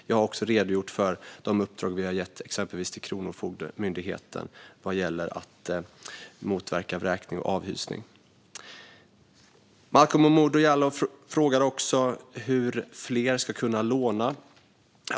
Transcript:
Jag har också redogjort för de uppdrag som vi har gett till exempelvis Kronofogdemyndigheten vad gäller att motverka vräkning och avhysning. Malcolm Momodou Jallow frågar också hur fler ska kunna låna.